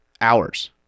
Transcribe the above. hours